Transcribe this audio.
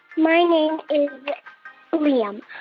my name is liam.